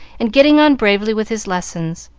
and getting on bravely with his lessons,